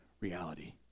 reality